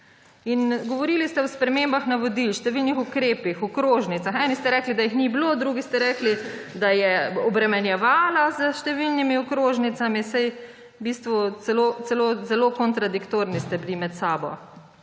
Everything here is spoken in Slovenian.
Govorili ste o spremembah navodil, številnih ukrepih, okrožnicah. Eni ste rekli, da jih ni bilo, drugi ste rekli, da je obremenjevala s številnimi okrožnicami. Celo zelo kontradiktorni ste bili med sabo.